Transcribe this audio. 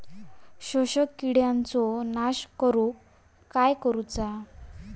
शोषक किडींचो नाश करूक काय करुचा?